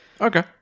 Okay